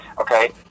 Okay